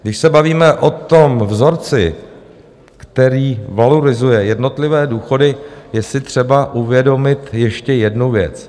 Když se bavíme o tom vzorci, který valorizuje jednotlivé důchody, je si třeba uvědomit ještě jednu věc.